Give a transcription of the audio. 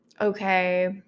okay